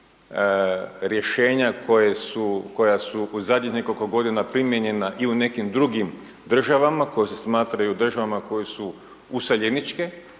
rješenja koja su u zadnjih nekoliko godina primijenjena i u nekim drugim državama koje se smatraju državama koje su useljeničke,